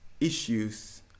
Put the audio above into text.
issues